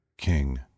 king